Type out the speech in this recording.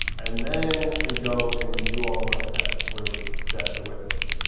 and then, we go and we do all of our sets where we set the widths.